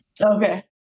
Okay